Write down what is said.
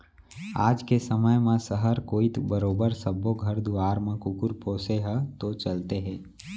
आज के समे म सहर कोइत बरोबर सब्बो घर दुवार म कुकुर पोसे ह तो चलते हे